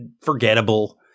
forgettable